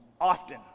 often